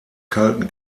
kalten